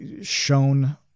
shown